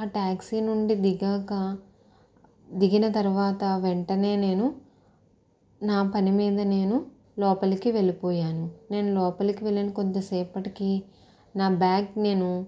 ఆ ట్యాక్సీ నుండి దిగాక దిగిన తర్వాత వెంటనే నేను నా పని మీద నేను లోపలికి వెళ్ళి పోయాను నేను లోపలికి వెళ్ళిన కొద్దిసేపటికి నా బ్యాగ్ నేను